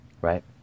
right